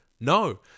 no